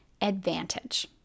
advantage